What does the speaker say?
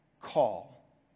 call